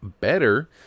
better